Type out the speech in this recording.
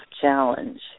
challenge